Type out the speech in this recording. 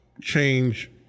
change